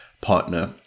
partner